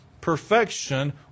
perfection